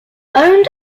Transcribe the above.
owned